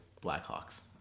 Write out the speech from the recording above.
blackhawks